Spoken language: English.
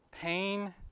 pain